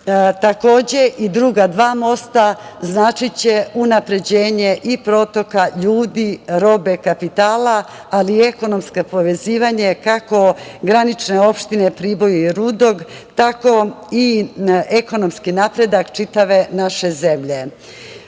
Takođe i druga dva mosta značiće unapređenje i protoka ljudi, robe, kapitala ali i ekonomsko povezivanje kako granične opštine Priboju i Rudo, tako i ekonomski napredak čitave naše zemlje. Ono